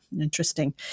interesting